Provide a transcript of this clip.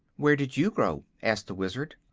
where did you grow? asked the wizard.